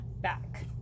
back